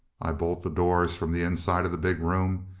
i bolt the doors from the inside of the big room,